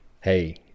hey